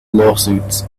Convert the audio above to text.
lawsuits